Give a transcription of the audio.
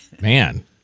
Man